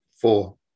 Four